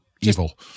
Evil